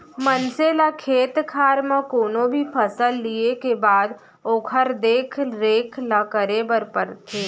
मनसे ल खेत खार म कोनो भी फसल लिये के बाद ओकर देख रेख ल करे बर परथे